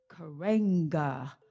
Karenga